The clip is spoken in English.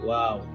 Wow